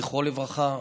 זכרו לברכה,